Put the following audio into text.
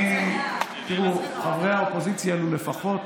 תראו, חברי האופוזיציה, לו לפחות